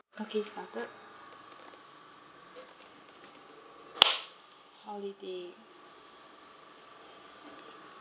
okay started holiday